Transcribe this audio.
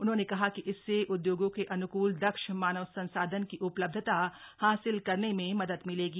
उन्होंने कहा कि इस से उद्योगों के अनुकूल दक्ष मानव संसाधन की उ लब्धता हासिल करने में मदद मिलेगी